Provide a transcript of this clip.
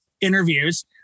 interviews